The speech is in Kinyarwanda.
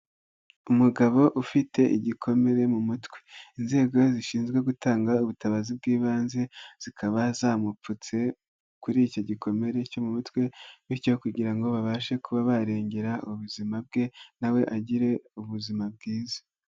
Umugabo ufite igikomere mu mutwe. Inzego zishinzwe gutanga ubutabazi bw'ibanze zikaba zamupfutse, kuri icyo gikomere cyo mu mutwe bityo kugira ngo babashe kuba barengera ubuzima bwe, nawe agire ubuzima bwiza.